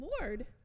Lord